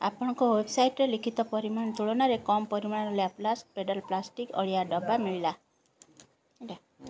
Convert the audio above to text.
ଆପଣଙ୍କ ୱେବ୍ସାଇଟ୍ରେ ଲିଖିତ ପରିମାଣ ତୁଳନାରେ କମ୍ ପରିମାଣର ଲ୍ୟାପ୍ଲାଷ୍ଟ୍ ପେଡ଼ାଲ୍ ପ୍ଲାଷ୍ଟିକ୍ ଅଳିଆ ଡବା ମିଳିଲା ଏଇଟା